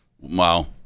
Wow